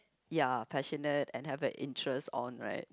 ya passionate and have a interest on right